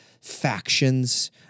factions